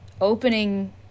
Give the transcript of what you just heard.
opening